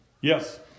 Yes